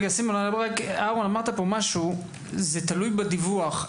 אהרון, אמרת - זה תלוי בדיווח.